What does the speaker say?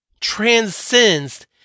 transcends